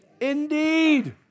indeed